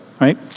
right